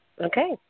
Okay